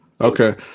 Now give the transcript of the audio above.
Okay